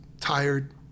tired